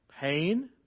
pain